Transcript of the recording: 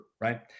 right